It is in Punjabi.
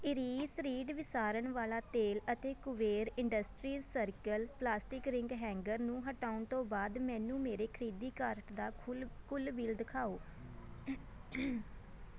ਇਰੀਸ ਰੀਡ ਵਿਸਾਰਣ ਵਾਲਾ ਤੇਲ ਅਤੇ Kuber industries circle plastic ring hanger ਨੂੰ ਹਟਾਉਣ ਤੋਂ ਬਾਅਦ ਮੈਨੂੰ ਮੇਰੇ ਖਰੀਦੀ ਕਾਰਟ ਦਾ ਖੁਲ ਕੁੱਲ ਬਿਲ ਦਿਖਾਓ